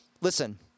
listen